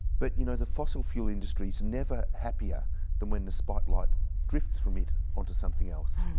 but you know the fossil fuel industry is never happier than when the spotlight drifts from it um to something else.